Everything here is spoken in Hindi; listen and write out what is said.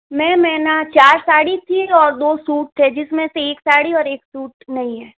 मैम मैं न चार साड़ी थी और दो सूट थे जिसमें से एक साड़ी और एक सूट नहीं है